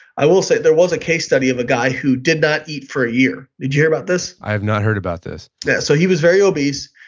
i will say there was a case study of a guy who did not eat for a year. did you hear about this? i have not heard about this yeah so he was very obese,